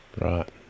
Right